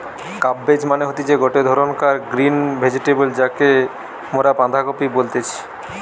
cabbage মানে হতিছে গটে ধরণকার গ্রিন ভেজিটেবল যাকে মরা বাঁধাকপি বলতেছি